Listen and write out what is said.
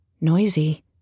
noisy